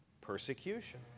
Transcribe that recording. persecution